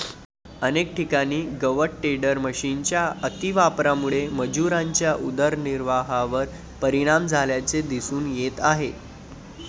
अनेक ठिकाणी गवत टेडर मशिनच्या अतिवापरामुळे मजुरांच्या उदरनिर्वाहावर परिणाम झाल्याचे दिसून येत आहे